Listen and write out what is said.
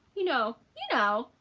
you know, you know,